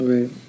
Right